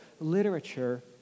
literature